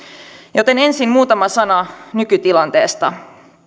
joten ensin muutama sana nykytilanteesta